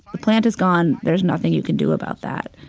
the plant is gone. there's nothing you can do about that.